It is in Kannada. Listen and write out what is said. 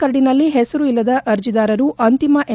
ಕರಡಿನಲ್ಲಿ ಹೆಸರು ಇಲ್ಲದ ಅರ್ಜೆದಾರರು ಅಂತಿಮ ಎನ್